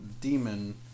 demon